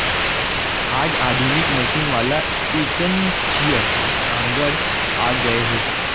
आज आधुनिक मसीन वाला एकनसिया नांगर आ गए हे